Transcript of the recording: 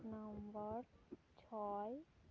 ᱪᱷᱚᱭ